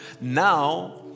Now